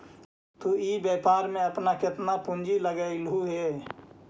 तु इ व्यापार में अपन केतना पूंजी लगएलहुं हे?